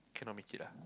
cannot make it ah